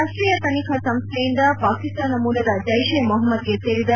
ರಾಷ್ಟೀಯ ತನಿಖಾ ಸಂಸ್ಡೆಯಿಂದ ಪಾಕಿಸ್ತಾನ ಮೂಲದ ಜೈಷ್ ಇ ಮೊಹಮ್ಮದ್ಗೆ ಸೇರಿದ